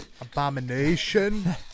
Abomination